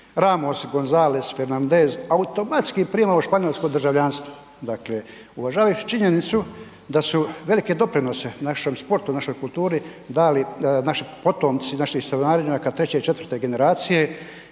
Ramos, Gonzales, Fernandez automatski prima španjolsko državljanstvo, dakle uvažavajući činjenicu da su velike doprinose našem sportu, našoj kulturi dali naši potomci naših sunarodnjaka 3. i 4. generacije